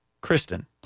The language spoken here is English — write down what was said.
Kristen